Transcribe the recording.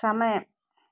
സമയം